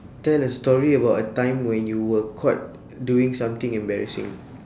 tell a story about a time when you were caught doing something embarrassing